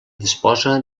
disposa